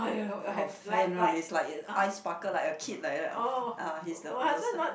he got a lot fan one is like eyes sparkle like a kid like that ah ah he's the those type